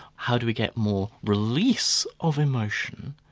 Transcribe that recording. how do we get more release of emotion,